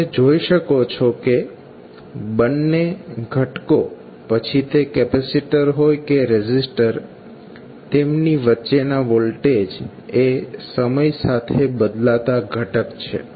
તમે જોઈ શકો છો કે બંને ઘટકો પછી તે કેપેસીટર હોય કે રેઝિસ્ટર તેમની વચ્ચે ના વોલ્ટેજ એ સમય સાથે બદલાતા ઘટક છે